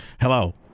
Hello